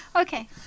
Okay